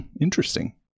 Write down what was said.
interesting